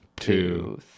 Two